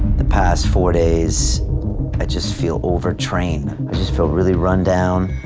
the past four days i just feel over trained, i just feel really run down,